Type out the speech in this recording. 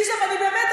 באמת,